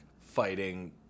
fighting